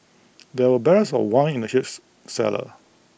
there were barrels of wine in the cellar